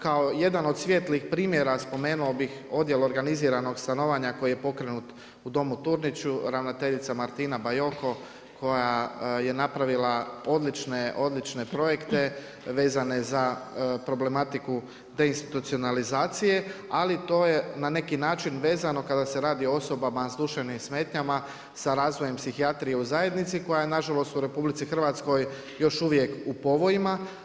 Kao jedan od svijetlih primjera spomenuo bih Odjel organiziranog stanovanja koji je pokrenut u Domu Turniću, ravnateljica Martina Bajoko koja je napravila odlične projekte vezane za problematiku deinstitucionalizacije, ali to je na neki način vezano kada se radi o osobama s duševnim smetnjama sa razvojem psihijatrije u zajednici koja je nažalost u RH još uvijek u povojima.